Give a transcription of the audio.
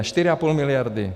Čtyři a půl miliardy.